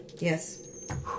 Yes